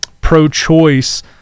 pro-choice